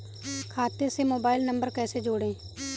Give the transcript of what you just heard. खाते से mobile number कैसे जोड़ें?